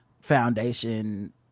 Foundation